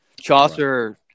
chaucer